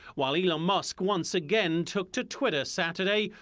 while elon musk once again took to twitter saturday,